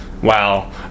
Wow